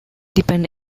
depend